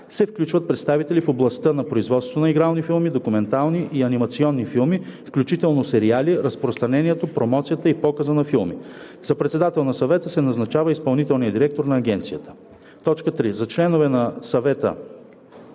се включват представители в областта на производството на игрални, документални и анимационни филми, включително сериали, разпространението, промоцията и показа на филми. За председател на съвета се назначава изпълнителният директор на агенцията. (3) За членове на съвета